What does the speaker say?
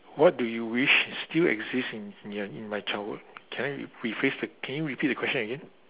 what do you wish is still exist in ya in my childhood can I re~ rephrase the can you repeat the question again